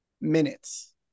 minutes